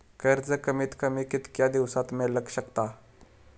कर्ज कमीत कमी कितक्या दिवसात मेलक शकता?